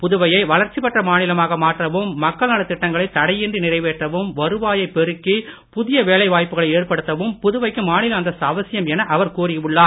புதுவையை வளர்ச்சி பெற்ற மாநிலமாக மாற்றவும் மக்கள் நலத் திட்டங்களை தடையின்றி நிறைவேற்றவும் வருவாயை பெருக்கி புதிய வேலை வாய்ப்புகளை ஏற்படுத்தவும் புதுவைக்கு மாநில அந்தஸ்து அவசியம் என அவர் கூறி உள்ளார்